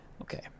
Okay